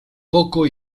poco